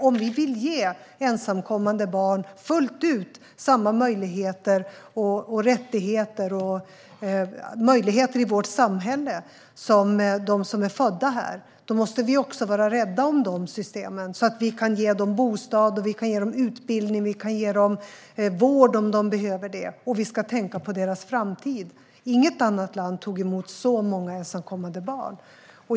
Om vi fullt ut vill ge ensamkommande barn samma möjligheter och rättigheter i vårt samhälle som dem som är födda här måste vi också vara rädda om systemen, så att vi kan ge dem bostad, utbildning och vid behov vård. Vi ska tänka på deras framtid. Inget annat land tog emot så många ensamkommande barn.